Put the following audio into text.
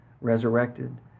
resurrected